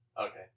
Okay